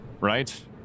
right